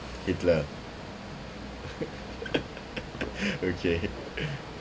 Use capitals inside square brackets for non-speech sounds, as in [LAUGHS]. hitler [LAUGHS] okay